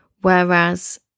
Whereas